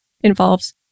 involves